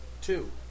two